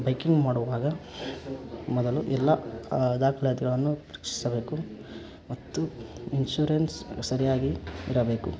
biking ಮಾಡುವಾಗ ಮೊದಲು ಎಲ್ಲ ದಾಖಲಾತಿಗಳನ್ನು ಪರೀಕ್ಷಿಸಬೇಕು ಮತ್ತು ಇನ್ಶುರೆನ್ಸ್ ಸರಿಯಾಗಿ ಇರಬೇಕು